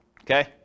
Okay